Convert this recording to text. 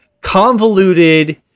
convoluted